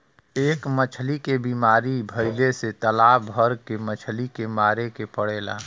एक मछली के बीमारी भइले से तालाब भर के मछली के मारे के पड़ेला